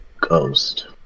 Ghost